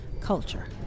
culture